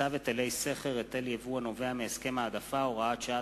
צו היטלי סחר (היטל יבוא הנובע מהסכם העדפה) (הוראת שעה),